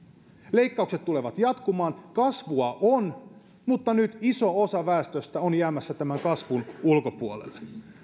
leikkaukset tulevat jatkumaan kasvua on mutta nyt iso osa väestöstä on jäämässä tämän kasvun ulkopuolelle